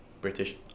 British